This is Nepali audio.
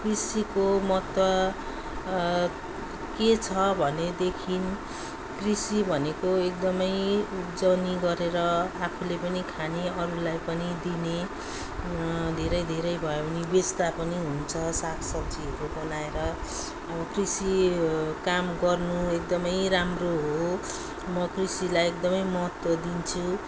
कृषिको महत्त्व के छ भनेदेखि कृषि भनेको एकदमै उब्जनी गरेर आफूले पनि खाने अरूलाई पनि दिने धेरै धेरै भयो भने बेच्दा पनि हुन्छ साग सब्जीहरू बनाएर कृषि काम गर्नु एकदमै राम्रो हो म कृषिलाई एकदमै महत्त्व दिन्छु